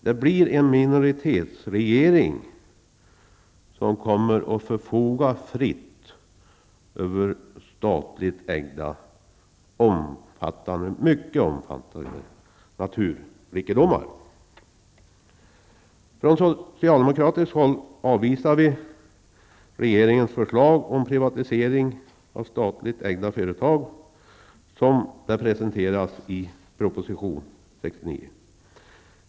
Det blir en minoritetsregering som kommer att förfoga fritt över statligt ägda, mycket omfattande naturrikedomar. Från socialdemokratiskt håll avvisar vi regeringens förslag om privatisering av statligt ägda företag, som det presenteras i proposition 69.